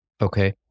Okay